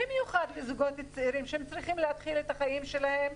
במיוחד כשמדובר בזוגות צעירים שצריכים להתחיל את החיים שלהם.